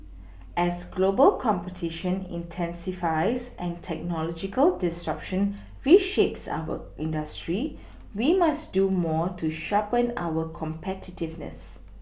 as global competition intensifies and technological disruption reshapes our industry we must do more to sharpen our competitiveness